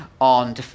on